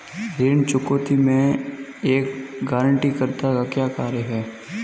ऋण चुकौती में एक गारंटीकर्ता का क्या कार्य है?